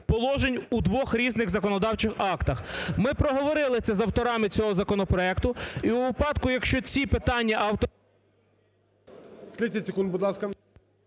у двох різних законодавчих актах. Ми проговорили це з авторами цього законопроекту і у випадку, якщо ці питання…